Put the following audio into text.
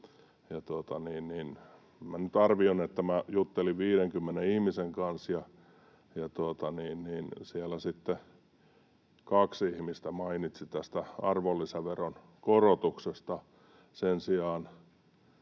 arvioin, että juttelin 50 ihmisen kanssa, ja siellä sitten kaksi ihmistä mainitsi tästä arvonlisäveron korotuksesta.